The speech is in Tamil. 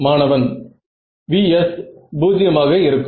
மாணவன் v's 0 ஆக இருக்கும்